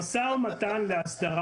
נשב יחד למשא ומתן להסדרה,